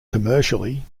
commercially